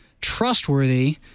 trustworthy